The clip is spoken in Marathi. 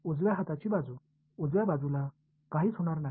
उजव्या हाताची बाजू उजव्या बाजूला काहीच होणार नाही